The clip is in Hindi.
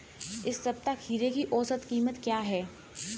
इस सप्ताह खीरे की औसत कीमत क्या है?